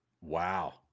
Wow